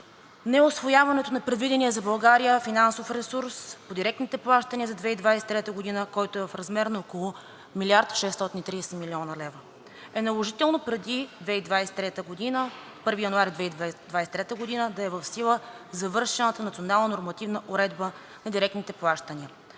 неусвояването на предвидения за България финансов ресурс по директните плащания за 2023 г., който е в размер на около 1 млрд. 630 млн. лв. е наложително преди 1 януари 2023 г. да е в сила завършената национална нормативна уредба на директните плащания.